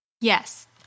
Yes